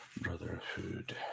Brotherhood